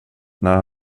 när